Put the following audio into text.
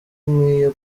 nkwiye